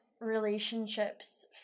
relationships